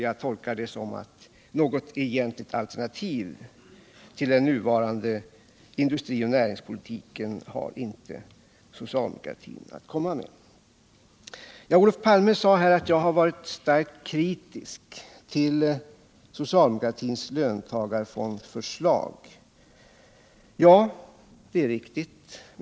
Jag tolkar det så att socialdemokratin inte har något egentligt alternativ att komma med till den nuvarande industri och näringspolitiken. Olof Palme sade att jag varit starkt kritisk till socialdemokratins löntagarfondsförslag. Ja, det är riktigt.